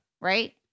right